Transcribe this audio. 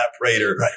Prater